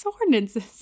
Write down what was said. ordinances